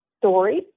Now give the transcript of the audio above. story